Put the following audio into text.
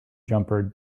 jumper